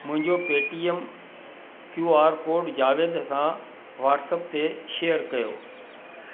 मुंहिंजो Paytm Q R code Javed सां WhatsApp ते शेयर कयो